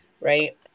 right